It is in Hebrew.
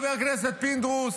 חבר הכנסת פינדרוס,